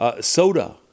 Soda